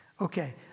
Okay